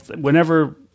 whenever